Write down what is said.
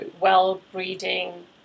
well-breeding